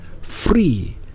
Free